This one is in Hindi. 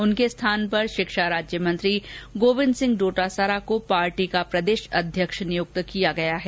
उनके स्थान पर शिक्षा राज्य मंत्री गोविन्द सिंह डोटासरा को पार्टी का प्रदेश अध्यक्ष नियुक्त किया गया है